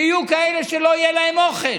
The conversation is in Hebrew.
כשיהיו כאלה שלא יהיה להם אוכל.